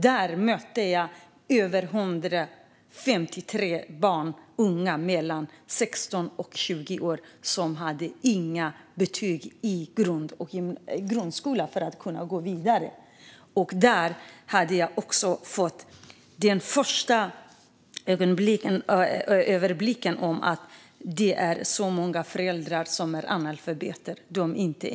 Där mötte jag över 153 barn och unga i åldern 16-20 år som inte hade betyg i grundskolan för att kunna gå vidare. Där fick jag också en första överblick av att det är många föräldrar som är analfabeter.